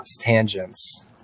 tangents